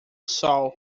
sol